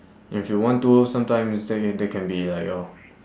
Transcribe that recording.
and if you want to sometimes they can they can be like your